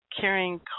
carrying